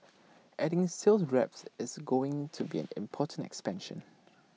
adding sales reps is going to be an important expansion